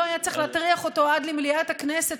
לא היה צריך להטריח אותו עד למליאת הכנסת